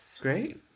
Great